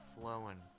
flowing